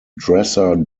dresser